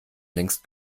längst